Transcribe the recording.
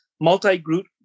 multi-group